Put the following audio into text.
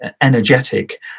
energetic